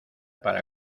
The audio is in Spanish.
para